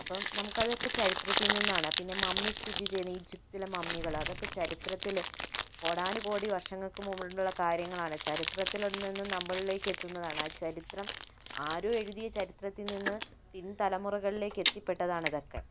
അപ്പോൾ നമുക്കതൊക്കെ ചരിത്രത്തിൽ നിന്നാണ് പിന്നെ മമ്മി സ്ഥിതിചെയ്യുന്ന ഈജിപ്തിലെ മമ്മികള് അതൊക്കെ ചരിത്രത്തില് കോടാനുകോടി വർഷങ്ങൾക്കു മുമ്പുള്ള കാര്യങ്ങളാണ് ചരിത്രത്തിൽ നിന്നും നമ്മളിലേക്ക് എത്തുന്നതാണ് ആ ചരിത്രം ആരോ എഴുതിയ ചരിത്രത്തി നിന്ന് പിൻ തലമുറകളിലേക്കെത്തിപ്പെട്ടതാണിതൊക്കേ